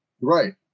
Right